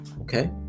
Okay